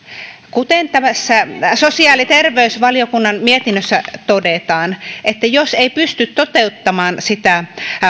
kuten tässä sosiaali ja terveysvaliokunnan mietinnössä todetaan jos ei pysty toteuttamaan sitä